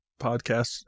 podcast